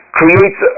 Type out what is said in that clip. creates